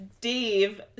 Dave